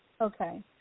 okay